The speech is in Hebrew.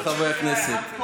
חברות וחברי הכנסת,